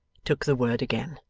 took the word again.